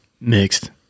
Mixed